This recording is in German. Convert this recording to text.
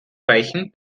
reichen